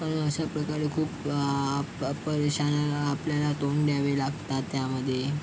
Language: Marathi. आणि अशा प्रकारे खूप परेशानीला आपल्याला तोंड द्यावे लागतात त्यामध्ये